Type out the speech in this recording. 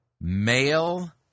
male